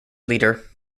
leader